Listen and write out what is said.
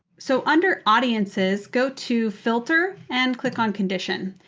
so under audiences, go to filter and click on condition.